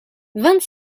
vingt